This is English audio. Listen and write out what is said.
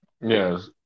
Yes